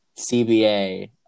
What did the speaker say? CBA –